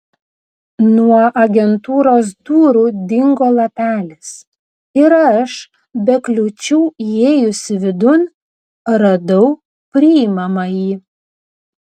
nuo agentūros durų dingo lapelis ir aš be kliūčių įėjusi vidun radau priimamąjį